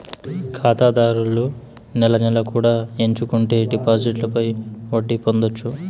ఖాతాదారులు నెల నెలా కూడా ఎంచుకుంటే డిపాజిట్లపై వడ్డీ పొందొచ్చు